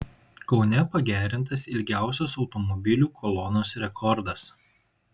kaune pagerintas ilgiausios automobilių kolonos rekordas